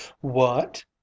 What